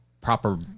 proper